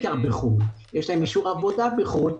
יש להם אישור עבודה בחו"ל,